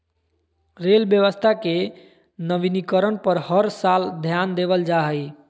rail व्यवस्था के नवीनीकरण पर हर साल ध्यान देवल जा हइ